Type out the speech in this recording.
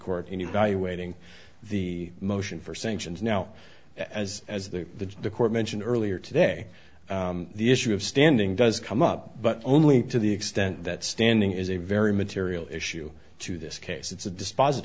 court and you by waiting the motion for sanctions now as as the the court mentioned earlier today the issue of standing does come up but only to the extent that standing is a very material issue to this case it's a dispos